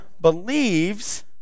believes